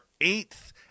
eighth